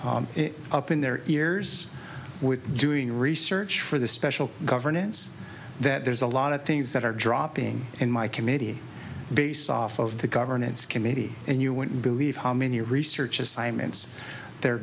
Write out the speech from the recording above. in their ears with doing research for the special governance that there's a lot of things that are dropping in my committee based off of the governance committee and you won't believe how many research assignments they're